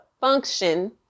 function